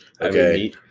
Okay